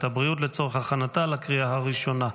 הבריאות לצורך הכנתה לקריאה הראשונה.